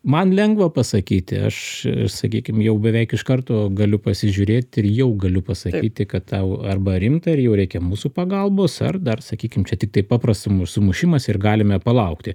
man lengva pasakyti aš sakykim jau beveik iš karto galiu pasižiūrėt ir jau galiu pasakyti kad tau arba rimta ir jau reikia mūsų pagalbos ar dar sakykim čia tiktai papras sum sumušimas ir galime palaukti